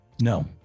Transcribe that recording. No